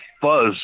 fuzz